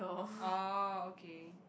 oh okay